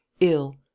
Ill